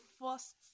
first